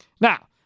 Now